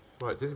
right